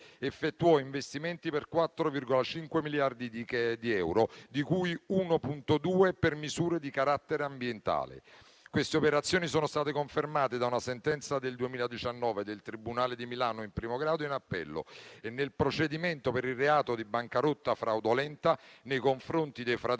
effettuò investimenti per 4,5 miliardi di euro, di cui 1,2 per misure di carattere ambientale. Queste operazioni sono state confermate da una sentenza del 2019 del tribunale di Milano, in primo grado ed in appello, e nel procedimento per il reato di bancarotta fraudolenta nei confronti dei fratelli